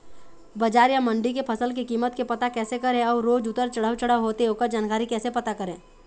बजार या मंडी के फसल के कीमत के पता कैसे करें अऊ रोज उतर चढ़व चढ़व होथे ओकर जानकारी कैसे पता करें?